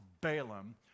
Balaam